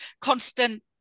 constant